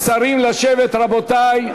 השרים, לשבת, רבותי.